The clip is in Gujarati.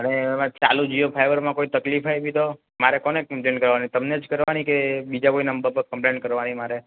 અને એમાં ચાલું જીઓ ફાઈબરમાં કોઈ તકલીફ આવી તો મારે કોને કંમપલેન કરવાની તમને જ કરવાની કે બીજા કોઈ નંબર પર કંપલેન કરવાની મારે